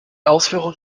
ausführung